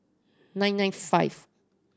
nine nine five